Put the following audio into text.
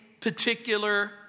particular